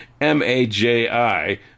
MAJI